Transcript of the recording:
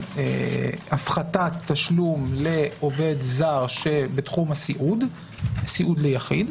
הפחתת תשלום לעובד זר שבתחום הסיעוד ליחיד.